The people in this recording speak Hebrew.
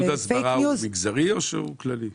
עידוד הסברה הוא מגזרי או כללי?